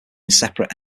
separate